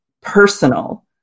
personal